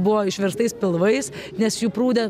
buvo išverstais pilvais nes jų prūde